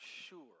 sure